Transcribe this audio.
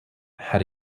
had